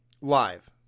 live